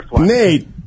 Nate